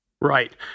Right